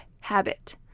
habit